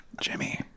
Jimmy